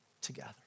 together